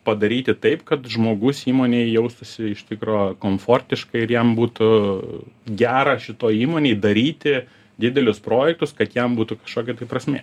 padaryti taip kad žmogus įmonėje jaustųsi iš tikro komfortiškai ir jam būtų gera šitoj įmonėj daryti didelius projektus kad jam būtų kažkokia prasmė